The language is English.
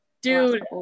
Dude